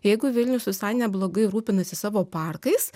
jeigu vilnius visai neblogai rūpinasi savo parkais